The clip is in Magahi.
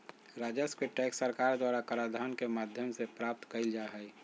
राजस्व के टैक्स सरकार द्वारा कराधान के माध्यम से प्राप्त कइल जा हइ